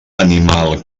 animal